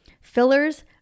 fillers